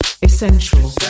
Essential